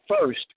first